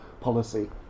policy